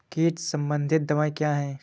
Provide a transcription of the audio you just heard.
कीट संबंधित दवाएँ क्या हैं?